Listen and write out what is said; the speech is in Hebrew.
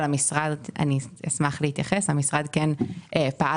המשרד פעל